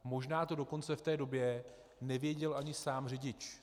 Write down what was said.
Možná to dokonce v té době nevěděl ani sám řidič.